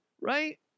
Right